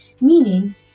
meaning